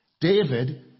David